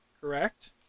Correct